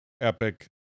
epic